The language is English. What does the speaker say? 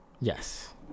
Yes